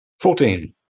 Fourteen